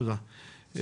תודה.